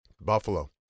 Buffalo